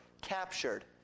captured